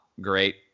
great